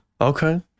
Okay